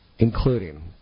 Including